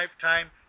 time